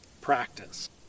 practice